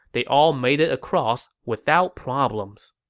they all made it across without problems.